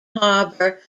harbor